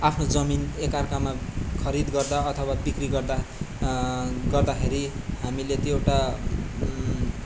आफ्नो जमिन एकार्कामा खरिद गर्दा अथवा बिक्री गर्दा गर्दाखेरि हामीले त्यो एउटा